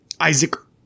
Isaac